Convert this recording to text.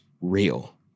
real